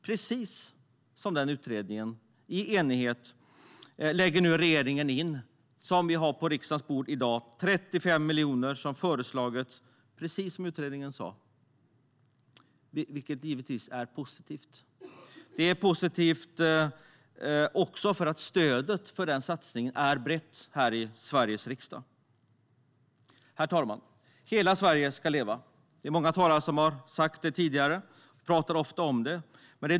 I enlighet med utredningen satsar regeringen 35 miljoner, precis som utredningen föreslagit - ärendet ligger på riksdagens bord i dag - vilket givetvis är positivt. Det är också positivt att stödet för satsningen är brett i Sveriges riksdag. Herr talman! Hela Sverige ska leva! Många talare har sagt det tidigare. Vi talar ofta om det.